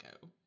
go